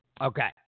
Okay